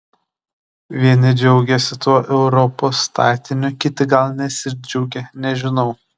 vieni džiaugiasi tuo europos statiniu kiti gal nesidžiaugia nežinau